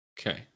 Okay